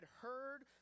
heard